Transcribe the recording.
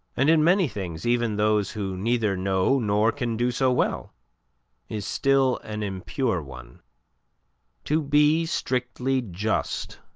and in many things even those who neither know nor can do so well is still an impure one to be strictly just,